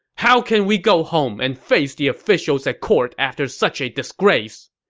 how can we go home and face the officials at court after such a disgrace!